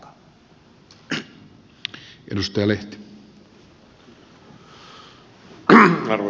arvoisa herra puhemies